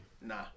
Nah